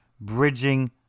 bridging